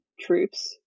troops